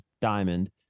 diamond